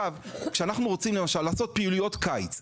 כשאנחנו רוצים לעשות פעילויות קיץ,